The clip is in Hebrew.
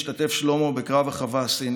השתתף שלמה בקרב החווה הסינית,